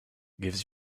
gives